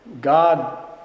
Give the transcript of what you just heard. God